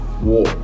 war